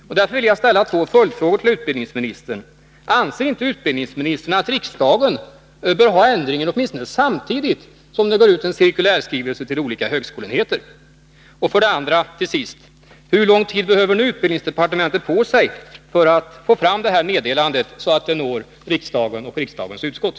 Därför vill jag ställa två följdfrågor till utbildningsministern. 1. Anser inte utbildningsministern att riksdagen bör ha meddelande om ändringen åtminstone samtidigt som det går ut en cirkulärskrivelse till olika högskoleenheter? 2. Hurlång tid behöver utbildningsdepartementet nu på sig för att få fram detta meddelande, så att det når riksdagen och riksdagens utskott?